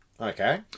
Okay